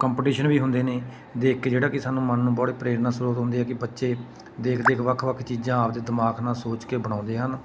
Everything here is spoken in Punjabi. ਕੰਪਟੀਸ਼ਨ ਵੀ ਹੁੰਦੇ ਨੇ ਦੇਖ ਕੇ ਜਿਹੜਾ ਕਿ ਸਾਨੂੰ ਮਨ ਨੂੰ ਬੜੀ ਪ੍ਰੇਰਨਾ ਸਰੋਤ ਹੁੰਦੀ ਹੈ ਕਿ ਬੱਚੇ ਦੇਖ ਦੇਖ ਵੱਖ ਵੱਖ ਚੀਜ਼ਾਂ ਆਪਦੇ ਦਿਮਾਗ ਨਾਲ ਸੋਚ ਕੇ ਬਣਾਉਂਦੇ ਹਨ